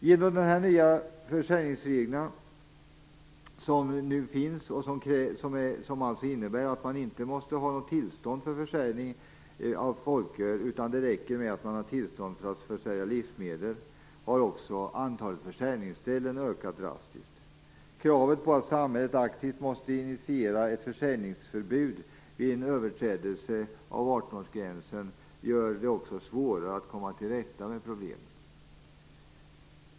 Genom de nya försäljningsreglerna, i vilka det inte krävs särskilt tillstånd för försäljning av folköl - det räcker att ha tillstånd för att sälja livsmedel - har också antalet försäljningsställen ökat drastiskt. Kravet att samhället aktivt måste initiera ett försäljningsförbud vid överträdelse av 18-årsgränsen gör det också svårare att komma till rätta med problemen.